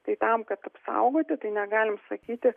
tai tam kad apsaugoti tai negalim sakyti